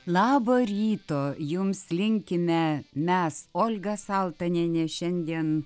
labo ryto jums linkime mes olga saltanienė šiandien